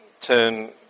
turn